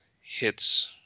hits